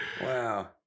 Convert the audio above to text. Wow